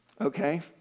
okay